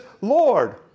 Lord